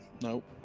nope